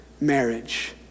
Marriage